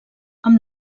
amb